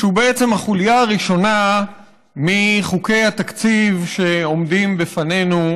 שהוא בעצם החוליה הראשונה בחוקי התקציב שעומדים בפנינו,